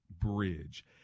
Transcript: bridge